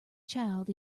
child